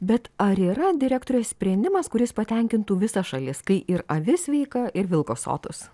bet ar yra direktore sprendimas kuris patenkintų visas šalis kai ir avis sveika ir vilkas sotus